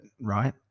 right